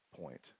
point